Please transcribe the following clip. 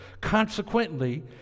Consequently